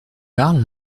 parle